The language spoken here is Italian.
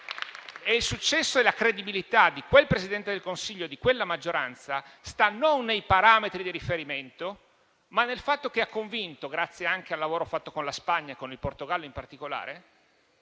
Il successo e la credibilità di quel Presidente del Consiglio e di quella maggioranza stanno non nei parametri di riferimento, ma nel fatto che ha convinto, grazie anche al lavoro fatto con la Spagna e con il Portogallo in particolare,